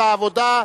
העבודה,